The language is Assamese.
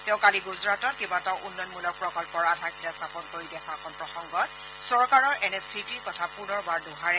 তেওঁ কালি গুজৰাটত কেইবাটাও উন্নয়নমূলক প্ৰকল্প আধাৰশিলা স্থাপন কৰি দিয়া ভাষণ প্ৰসংগত চৰকাৰৰ এনে স্থিতিৰ কথা পুনৰবাৰ দোহাৰে